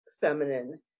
feminine